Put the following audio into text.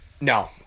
No